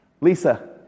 Lisa